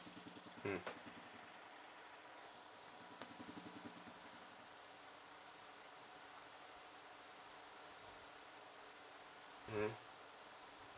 mm mm